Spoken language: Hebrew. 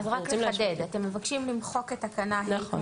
אז רק לחדד: אתם מבקשים למחוק את תקנה (ה) --- נכון.